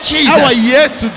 Jesus